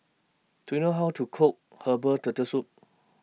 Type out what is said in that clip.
Do YOU know How to Cook Herbal Turtle Soup